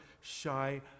shy